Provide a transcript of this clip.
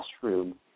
classroom